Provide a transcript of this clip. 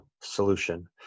solution